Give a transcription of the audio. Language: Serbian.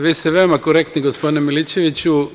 Vi ste veoma korektni gospodine Milićeviću.